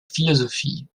philosophie